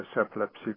epilepsy